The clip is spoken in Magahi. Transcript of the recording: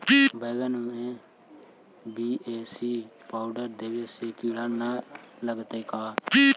बैगन में बी.ए.सी पाउडर देबे से किड़ा न लगतै का?